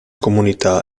comunità